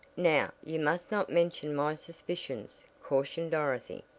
now you must not mention my suspicions, cautioned dorothy,